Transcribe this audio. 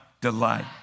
delight